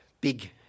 big